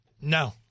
No